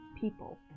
people